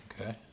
Okay